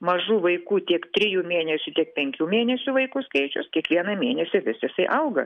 mažų vaikų tiek trijų mėnesių tiek penkių mėnesių vaikų skaičius kiekvieną mėnesį vis jisai auga